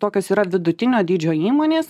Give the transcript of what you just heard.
tokios yra vidutinio dydžio įmonės